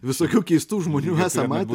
visokių keistų žmonių esam matę